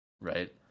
right